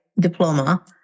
diploma